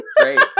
great